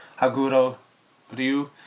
Haguro-ryu